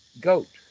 goat